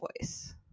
voice